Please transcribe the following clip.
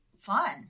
fun